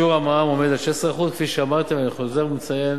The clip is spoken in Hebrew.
שיעור המע"מ עומד על 16% כפי שאמרתי ואני חוזר ומציין,